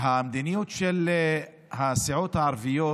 המדיניות של הסיעות הערביות,